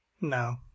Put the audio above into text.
No